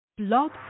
blog